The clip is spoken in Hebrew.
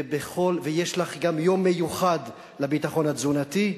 ויש לך גם יום מיוחד לביטחון התזונתי.